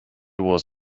was